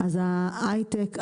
אז ההייטק,